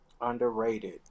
underrated